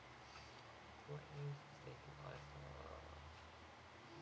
mm